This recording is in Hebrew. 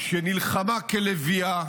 שנלחמה כלביאה